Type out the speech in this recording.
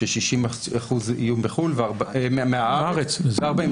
ש-60% יהיו מהארץ ו-40%,